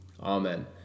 Amen